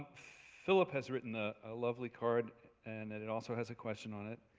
phillip has written ah a lovely card and it it also has a question on it.